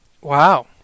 Wow